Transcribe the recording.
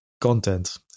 content